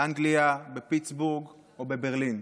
באנגליה, בפיטסבורג או בברלין.